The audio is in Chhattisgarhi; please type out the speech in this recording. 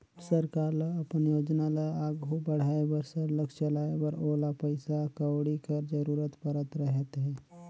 सरकार ल अपन योजना ल आघु बढ़ाए बर सरलग चलाए बर ओला पइसा कउड़ी कर जरूरत परत रहथे